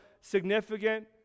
significant